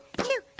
to